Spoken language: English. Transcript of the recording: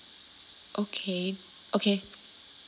okay okay